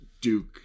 Duke